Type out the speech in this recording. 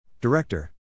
Director